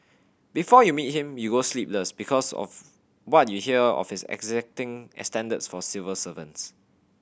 before you meet him you go sleepless because of what you hear of his exacting standards for civil servants